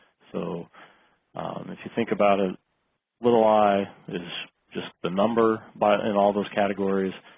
so if you think about a little i is just the number but in all those categories